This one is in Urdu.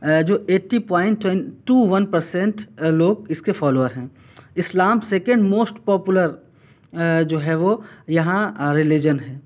جو لوگ اس کے فالور ہیں اسلام سکنڈ موسٹ پاپولر جو ہے وہ یہاں رلیجن ہے